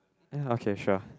ya okay sure